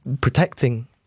protecting